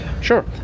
Sure